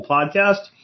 Podcast